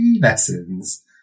lessons